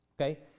Okay